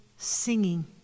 singing